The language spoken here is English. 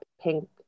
pink